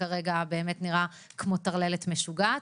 שכרגע באמת נראה כמו טרללת משוגעת.